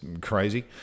crazy